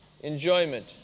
enjoyment